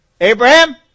Abraham